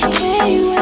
hey